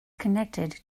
connected